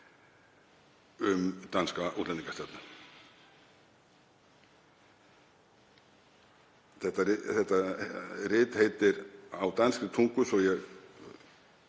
um danska útlendingastefnu“. Þetta rit heitir á danskri tungu, svo að